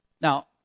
Now